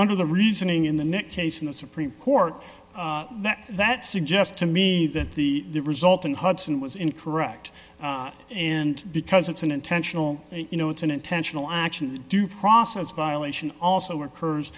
under the reasoning in the next case in the supreme court that that suggests to me that the result in hudson was incorrect and because it's an intentional you know it's an intentional action due process violation also